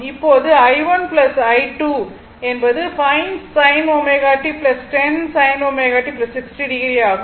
இப்போது i1 i2 என்பது 5 sin ω t 10 sin ω t 60 o ஆகும்